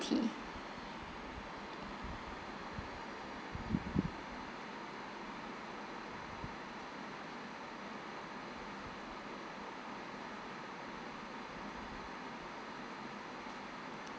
tea